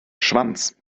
schwanz